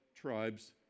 tribes